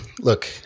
look